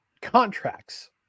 contracts